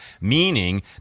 meaning